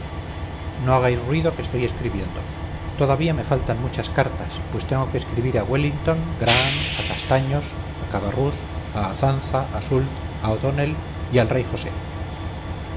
no hagáis ruido que estoy escribiendo todavía me faltan muchas cartas pues tengo que escribir a wellington a graham a castaños a cabarrús a azanza a soult a o'donnell y al rey josé